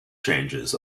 changes